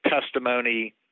testimony